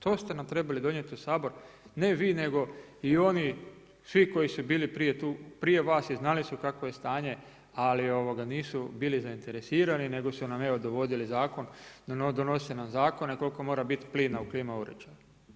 To ste nam trebali donijeti u Sabor, ne vi nego i oni svi koji su bili tu prije vas i znali su kakvo je stanje ali nisu bili zainteresirani nego su nam evo dovodili zakon, donose nam zakone koliko mora biti plina u klima uređaju.